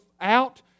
out